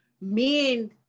Men